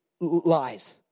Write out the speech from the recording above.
lies